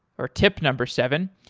or tip number seven,